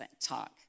talk